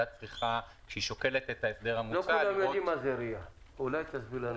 לא כולם יודעים מה זה RIA. אולי תסביר.